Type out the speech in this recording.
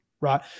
right